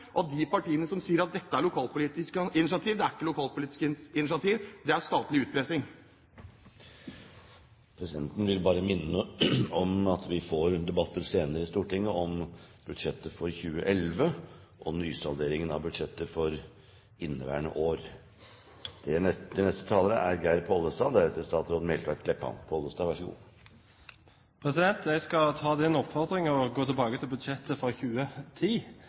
de partiene som sier at dette er lokalpolitiske initiativ. Det er ikke lokalpolitiske initiativ, det er statlig utpressing. Presidenten vil bare minne om at vi får debatter senere i Stortinget om budsjettet for 2011 og nysalderingen av budsjettet for inneværende år. Jeg skal ta den oppfordringen og gå tilbake til budsjettet for 2010. Da det ble lagt fram, gjorde Fremskrittspartiet et stort poeng av sitt ansvarlige budsjett. Samtidig fjernet de bompengene. Men det hadde de ikke penger til